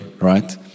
right